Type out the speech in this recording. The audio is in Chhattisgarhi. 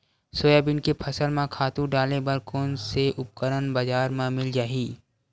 सोयाबीन के फसल म खातु डाले बर कोन से उपकरण बजार म मिल जाहि?